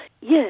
Yes